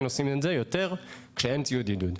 עושים את זה יותר כשאין ציוד עידוד.